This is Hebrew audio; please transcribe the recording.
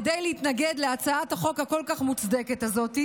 כדי להתנגד להצעת החוק המוצדקת כל כך הזאת?